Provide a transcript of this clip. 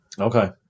Okay